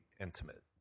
intimate